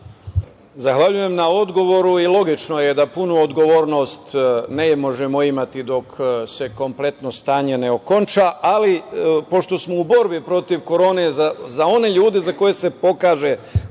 Zahvaljujem na odgovoru i logično je da punu odgovornost ne možemo imati dok se kompletno stanje ne okonča. Ali, pošto smo u borbi protiv korone za one ljude za koje se pokaže